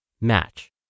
match